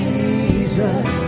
Jesus